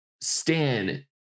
Stan